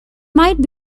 might